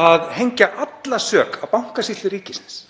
að hengja alla sök á Bankasýslu ríkisins,